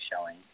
showing